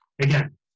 again